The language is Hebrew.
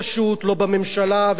וגם עכשיו זה לא יהיה פשוט כאן,